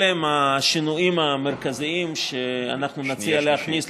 אלה השינויים המרכזיים שאנחנו נציע להכניס,